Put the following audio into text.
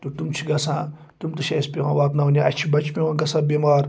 تہٕ تِم چھِ گژھان تِم تہِ چھِ اَسہِ پٮ۪وان واتناونہِ اَسہِ چھِ بَچہِ پٮ۪وان گژھان بٮ۪مار